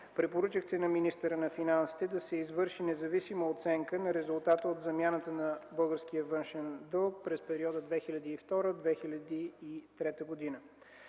препоръчахте на министъра на финансите да се извърши независима оценка на резултата от замяната на българския външен дълг през периода 2002-2003 г.